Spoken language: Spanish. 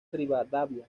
rivadavia